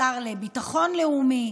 שר לביטחון לאומי,